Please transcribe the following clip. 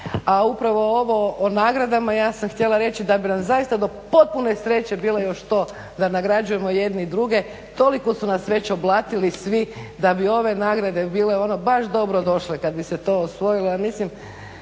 A upravo ovo o nagradama, ja sam htjela reći da bi nam zaista do potpune sreće bilo još to da nagrađujemo jedni druge. Toliko su nas već oblatili svi da bi ove nagrade bile ono baš dobro došle kada bi se to osvojilo.